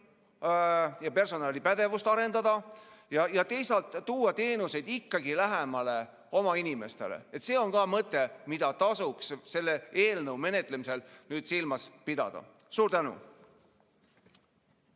ja personalipädevust arendada ja teisalt tuua teenuseid ikkagi lähemale oma inimestele. See on ka mõte, mida tasuks selle eelnõu menetlemisel nüüd silmas pidada. Suur tänu!